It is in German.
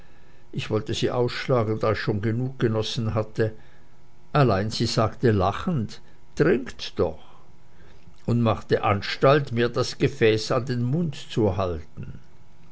ich wollte sie ausschlagen da ich schon genug genossen hatte allein sie sagte lachend trinkt doch und machte anstalt mir das gefäß an den mund zu halten